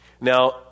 Now